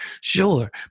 Sure